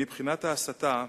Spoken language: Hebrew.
מבחינת ההסתה,